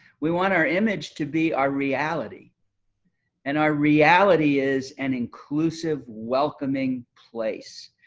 we want our image to be our reality and our reality is an inclusive, welcoming place.